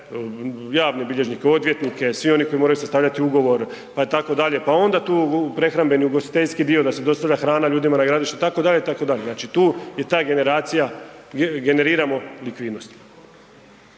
javne bilježnike, odvjetnike, svi oni koji moraju sastavljati ugovor, pa tako dalje. Pa onda tu prehrambeni i ugostiteljski dio da se dostavlja hrana ljudima na gradilištu itd. itd., znači tu je ta generacija, generiramo likvidnost.